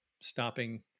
stopping